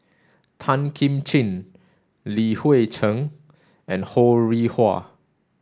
Tan Kim Ching Li Hui Cheng and Ho Rih Hwa